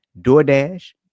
DoorDash